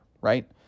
right